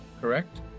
correct